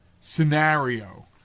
Scenario